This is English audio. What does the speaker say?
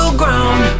ground